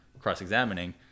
cross-examining